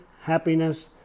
happiness